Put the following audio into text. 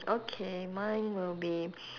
okay mine will be